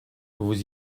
vous